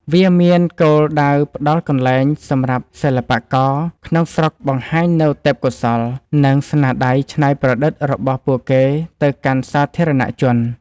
វាមានគោលដៅផ្ដល់កន្លែងសម្រាប់សិល្បករក្នុងស្រុកបង្ហាញនូវទេពកោសល្យ និងស្នាដៃច្នៃប្រឌិតរបស់ពួកគេទៅកាន់សាធារណជន។